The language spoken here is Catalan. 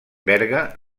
berga